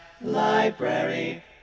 Library